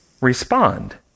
respond